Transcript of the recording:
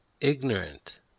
ignorant